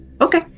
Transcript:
Okay